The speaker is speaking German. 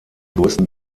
größten